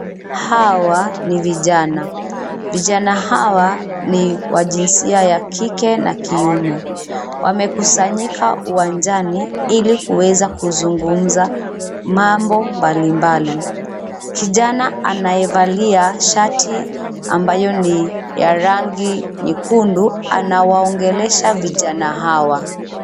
Hawa ni vijana. Vijana hawa ni wa jinsia ya kike na kiume. Wamekusanyika uwanjani, ili kuweza kuzungumza mambo mbalimbali. Kijana anayevalia shati ambayo ni ya rangi nyekundu, anawaongelesha vijana hawa.